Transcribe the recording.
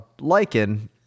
lichen